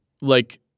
like-